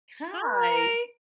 Hi